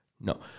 No